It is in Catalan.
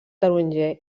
taronger